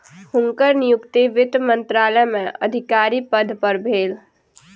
हुनकर नियुक्ति वित्त मंत्रालय में अधिकारी पद पर भेल